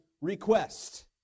request